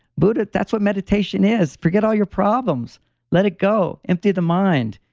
but that's what meditation is. forget all your problems let it go, empty the mind.